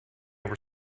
over